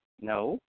No